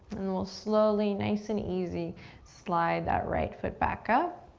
then we'll slowly, nice and easy slide that right foot back up.